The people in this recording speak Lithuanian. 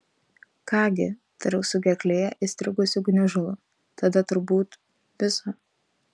ką gi tariau su gerklėje įstrigusiu gniužulu tada turbūt viso